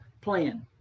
plan